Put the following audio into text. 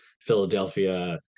philadelphia